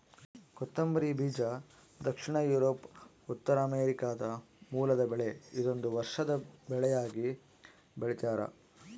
ಕೊತ್ತಂಬರಿ ಬೀಜ ದಕ್ಷಿಣ ಯೂರೋಪ್ ಉತ್ತರಾಮೆರಿಕಾದ ಮೂಲದ ಬೆಳೆ ಇದೊಂದು ವರ್ಷದ ಬೆಳೆಯಾಗಿ ಬೆಳ್ತ್ಯಾರ